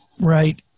Right